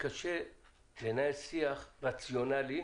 מתקשה לנהל שיח רציונאלי